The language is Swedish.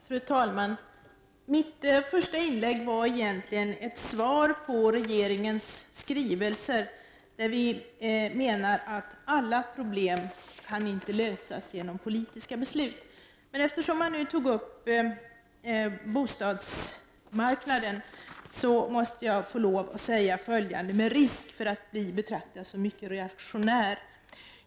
Fru talman! Mitt första inlägg var egentligen ett svar på regeringens skrivelse. Vi menar att alla problem inte kan lösas genom politiska beslut. Men eftersom man tog upp bostadsmarknaden i debatten, måste jag få lov att säga följande, med risk för att bli betraktad som mycket reaktionär.